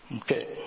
Okay